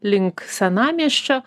link senamiesčio